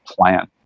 plan